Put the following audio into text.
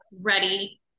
ready